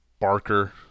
barker